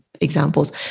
examples